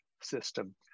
system